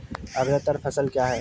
अग्रतर फसल क्या हैं?